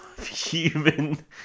Human